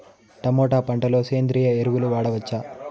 Tomato పంట లో సేంద్రియ ఎరువులు వాడవచ్చా?